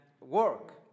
work